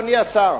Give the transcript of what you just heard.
אדוני השר,